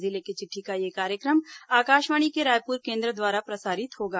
जिले की चिट्ठी का यह कार्यक्रम आकाशवाणी के रायपुर केंद्र द्वारा प्रसारित होगा